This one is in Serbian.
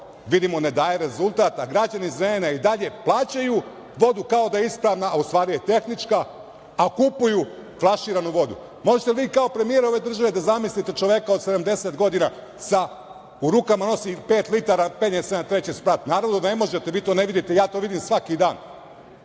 vidimo ne daje rezultat, a građani Zrenjanina i dalje plaćaju vodu kao da je ispravna, a u stvari je tehnička, a kupuju flaširanu vodu. Možete li vi kao premijer ove države da zamislite čoveka od 70 godina, u rukama da nosi pet litara, penje se na treći sprat. Naravno, da ne možete, vi to ne vidite, a ja to vidim svaki dan,